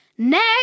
Next